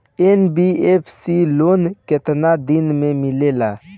NBFC loan केतना दिन मे मिलेला?